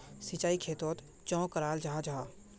सिंचाई खेतोक चाँ कराल जाहा जाहा?